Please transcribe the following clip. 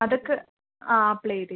അതൊക്കെ അ അപ്ലൈ ചെയ്തിരുന്നു